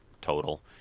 total